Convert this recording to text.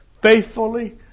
faithfully